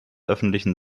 öffentlichen